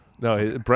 no